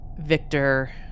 Victor